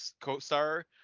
co-star